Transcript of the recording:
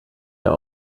mehr